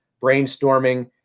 brainstorming